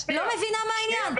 לא מבינה מה העניין,